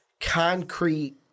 concrete